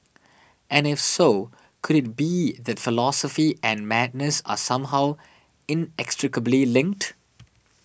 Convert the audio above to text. and if so could it be that philosophy and madness are somehow inextricably linked